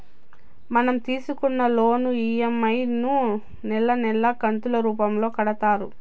మనం తీసుకున్న loan EMI లను నెలా నెలా కంతులు రూపంలో కడతారు